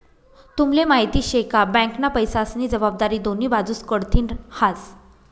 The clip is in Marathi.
तुम्हले माहिती शे का? बँकना पैसास्नी जबाबदारी दोन्ही बाजूस कडथीन हास